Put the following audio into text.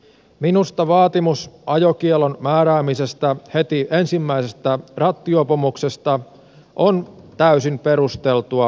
minusta vaatimus ajokiellon määräämisestä heti ensimmäisestä rattijuopumuksesta on täysin perusteltu ja oikein